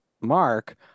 Mark